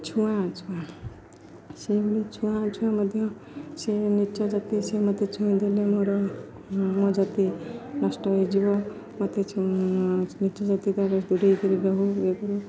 ଛୁଆଁ ଅଛୁଆଁ ସେହିଭଳି ଛୁଆଁ ଅଛୁଆଁ ମଧ୍ୟ ସେ ନୀଚ ଜାତି ସେ ମତେ ଛୁଇଁ ଦେଲେ ମୋର ମୋ ଜାତି ନଷ୍ଟ ହେଇଯିବ ମୋତେ ନୀଚ ଜାତିଠାରୁ ଦୂରେଇକରି ରହି ଏଗରୁ